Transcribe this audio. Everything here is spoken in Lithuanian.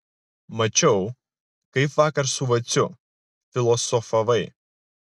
mačiau kaip vakar su vaciu filosofavai